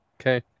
Okay